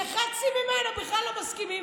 שחצי ממנה בכלל לא מסכימים,